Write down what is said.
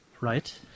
Right